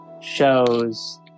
shows